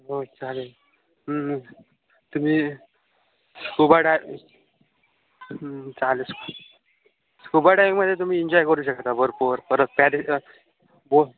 हो चालेल तुम्ही स्कूबा डाय चालेल स्कूबा डाईविंगमध्ये तुम्ही इन्जॉय करू शकता भरपूर परत पॅरेस बो